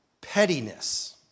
pettiness